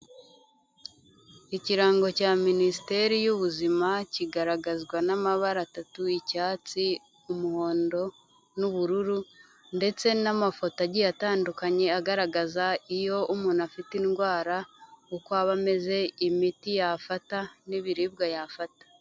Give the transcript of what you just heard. Ikirango cya Minisiteri y'ubuzima kigaragazwa n'amabara atatu icyatsi, umuhondo n'ubururu ndetse n'amafoto agiye atandukanye agaragaza iyo umuntu afite indwara, uko aba ameze, imiti yafata n'ibiribwa yafata.